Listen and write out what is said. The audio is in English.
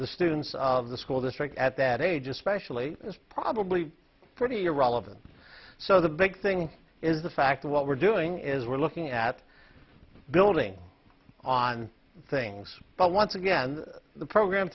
the students of the school district at that age especially is probably pretty irrelevant so the big thing is the fact that what we're doing is we're looking at building on things but once again the program